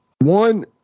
one